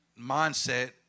mindset